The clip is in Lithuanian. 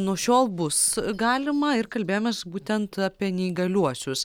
nuo šiol bus galima ir kalbėjomės būtent apie neįgaliuosius